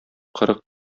кырык